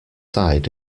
sighed